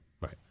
Right